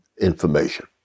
information